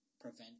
prevent